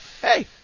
hey